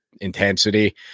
intensity